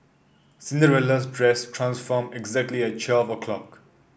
Cinderella's dress transformed exactly at twelve o'clock